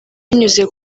binyuze